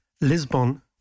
Lisbon